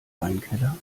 weinkeller